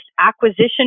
acquisition